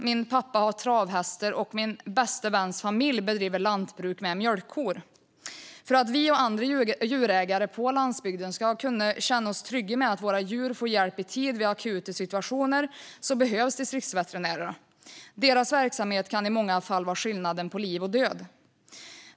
Min pappa har travhästar, och min bästa väns familj bedriver lantbruk med mjölkkor. För att vi och andra djurägare på landsbygden ska kunna känna oss trygga med att våra djur får hjälp i tid vid akuta situationer behövs distriktsveterinärerna. Deras verksamhet kan i många fall vara skillnaden mellan liv och död.